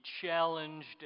challenged